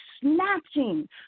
snatching